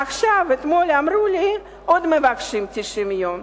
עכשיו, אתמול אמרו לי שמבקשים עוד 90 יום.